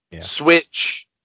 Switch